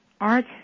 Art